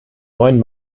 neuen